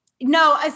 No